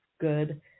good